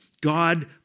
God